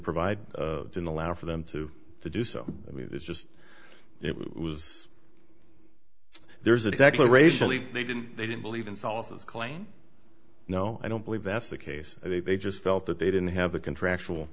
provide didn't allow for them to do so i mean it's just it was there's a declaration they didn't they didn't believe in solaces claim no i don't believe that's the case i think they just felt that they didn't have the contractual